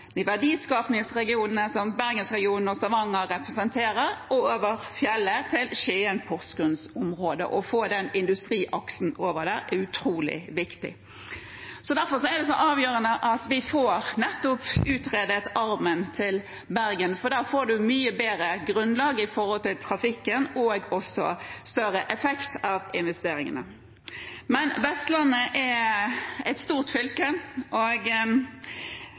verdiskapingsregionene som Bergen- og Stavanger-regionen representerer, og over fjellet til Skien- og Porsgrunn-området. Å få den industriaksen over der er utrolig viktig. Derfor er det så avgjørende at vi får utredet armen til Bergen, for da får man et mye bedre grunnlag med tanke på trafikken og også større effekt av investeringene. Men Vestlandet er et stort fylke, og